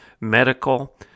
medical